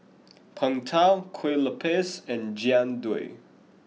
Png Tao Kueh Lopes and Jian Dui